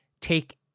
take